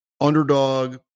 underdog